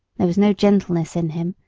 there was no gentleness in him,